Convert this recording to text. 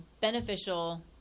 beneficial